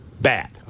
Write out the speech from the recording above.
Bad